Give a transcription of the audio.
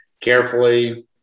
carefully